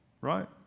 Right